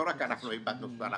לא רק אנחנו איבדנו ספרים,